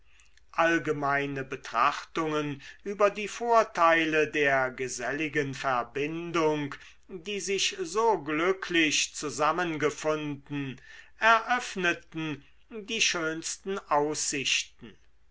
allgemeine betrachtungen über die vorteile der geselligen verbindung die sich so glücklich zusammengefunden eröffneten die schönsten aussichten